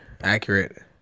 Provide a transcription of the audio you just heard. accurate